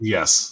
Yes